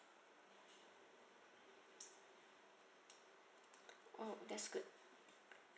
oh that's good